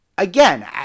Again